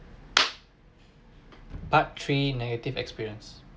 part three negative experience